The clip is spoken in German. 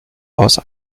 aus